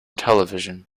television